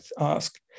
ask